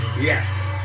Yes